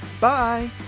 Bye